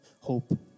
hope